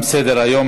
תם סדר-היום.